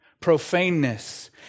Profaneness